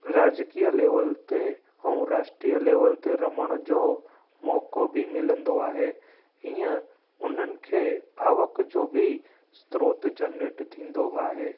राजकीय लेवल ते ऐं राष्ट्रीय लेवल ते रमण जो मौक़ौ बि मिलंदो आहे इअं उन्हनि खे आवक जो बि स्त्रोत जनरेट थींदो आहे